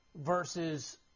versus